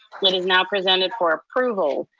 it is now presented for approval.